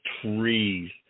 trees